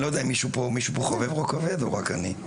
אני לא יודע אם מישהו פה חובב רוק כבד או רק אני,